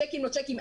צ'קים לא צ'קים,